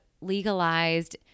legalized